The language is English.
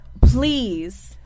please